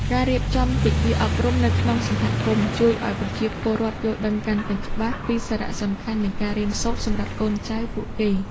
ការរៀបចំទិវាអប់រំនៅក្នុងសហគមន៍ជួយឱ្យប្រជាពលរដ្ឋយល់ដឹងកាន់តែច្បាស់ពីសារៈសំខាន់នៃការរៀនសូត្រសម្រាប់កូនចៅពួកគេ។